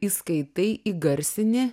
įskaitai įgarsini